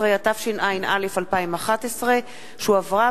11), התשע"א 2011, שהועברה